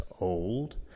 old